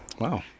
Wow